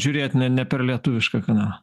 žiūrėjot ne ne per lietuvišką kanalą